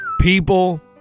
people